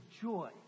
joy